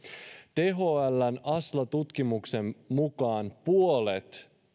thln asla tutkimuksen mukaan puolet